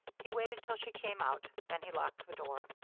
he waited till she came out, then he locked the door.